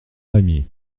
pamiers